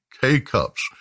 K-cups